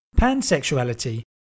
Pansexuality